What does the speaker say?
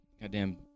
Goddamn